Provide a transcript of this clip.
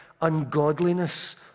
ungodliness